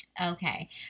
Okay